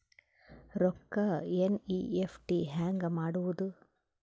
ರೊಕ್ಕ ಎನ್.ಇ.ಎಫ್.ಟಿ ಹ್ಯಾಂಗ್ ಮಾಡುವುದು?